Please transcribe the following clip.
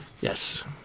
Yes